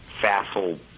facile